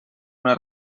una